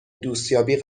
دوستیابی